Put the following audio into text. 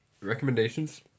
recommendations